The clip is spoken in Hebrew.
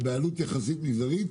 ובעלות יחסית מזערית,